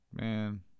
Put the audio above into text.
Man